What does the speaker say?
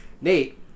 Nate